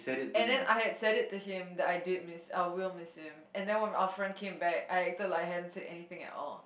and then I had said it to him that I did miss I will miss him and then when our friend came back I acted like I haven't said anything at all